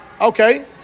Okay